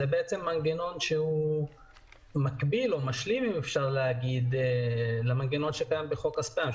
זה בעצם מנגנון שהוא מקביל או משלים למנגנון שקיים בחוק הספאם,